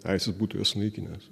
aisis būtų juos sunaikinęs